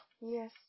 yes